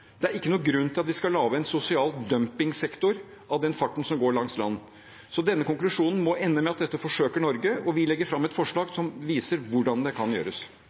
Det er ingen grunn til at vi skal lage en sosial dumpingsektor av den farten som går langs land. Denne konklusjonen må ende med at Norge forsøker dette, og at vi legger fram et forslag som viser hvordan det kan gjøres.